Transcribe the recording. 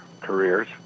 careers